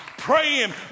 praying